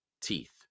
teeth